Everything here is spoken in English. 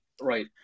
right